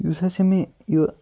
یُس حظ یہِ مےٚ یہِ